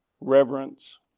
Reverence